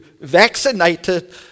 vaccinated